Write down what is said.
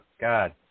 God